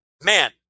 man